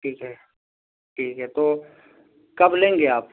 ٹھیک ہے ٹھیک ہے تو کب لیں گے آپ